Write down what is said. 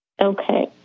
Okay